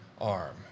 arm